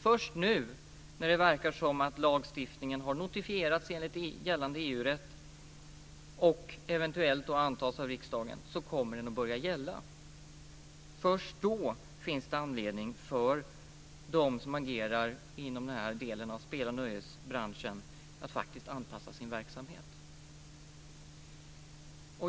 Först nu, när det verkar som om lagstiftningen har notifierats enligt gällande EU rätt och eventuellt kommer att antas av riksdagen, kommer den att börja gälla. Först då finns det anledning för dem som agerar inom den här delen av speloch nöjesbranschen att faktiskt anpassa sin verksamhet.